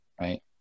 right